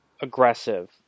aggressive